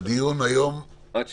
עד מתי הדיון היום, יעקב?